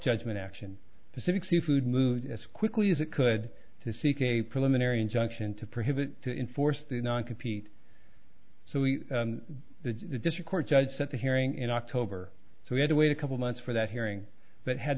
judgment action pacific seafood move as quickly as it could to seek a preliminary injunction to prohibit to enforce the non compete so we discoursed judge set a hearing in october so we had to wait a couple months for that hearing that had